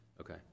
Okay